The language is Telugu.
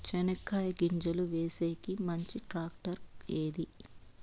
చెనక్కాయ గింజలు వేసేకి మంచి టాక్టర్ ఏది?